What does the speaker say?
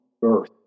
birth